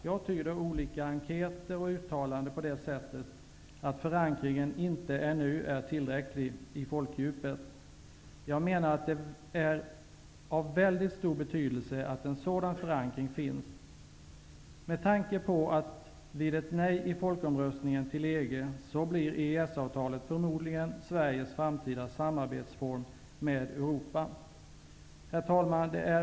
Jag tyder olika enkäter och uttalanden på det sättet att förankringen i folkdjupet inte ännu är tillräcklig. Jag menar att det är av väldigt stor betydelse att en sådan förankring finns, med tanke på att vid ett nej i folkomröstningen om anslutning till EG blir EES-avtalet förmodligen Sveriges framtida samarbetsform med Europa. Herr talman!